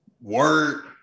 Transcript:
Word